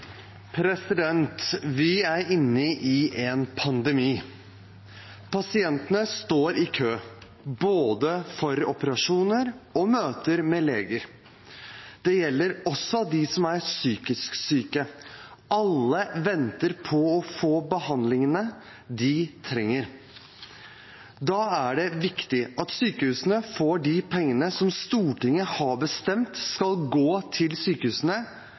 inne i en pandemi. Pasientene står i kø, både for operasjoner og for møter med leger. Det gjelder også de som er psykisk syke. Alle venter på å få den behandlingen de trenger. Da er det viktig at sykehusene får de pengene Stortinget har bestemt skal gå til sykehusene.